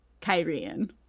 Kyrian